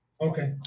okay